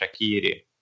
Shakiri